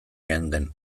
geunden